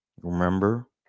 Remember